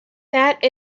that